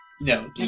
No